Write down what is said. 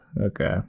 Okay